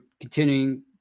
continuing